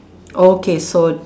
okay so